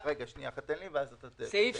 במקום "5.35 מיליארד שקלים חדשים" יבוא